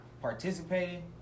participating